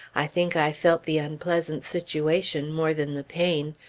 i think i felt the unpleasant situation more than the pain.